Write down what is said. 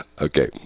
Okay